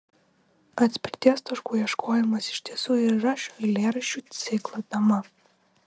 atspirties taškų ieškojimas iš tiesų ir yra šio eilėraščių ciklo tema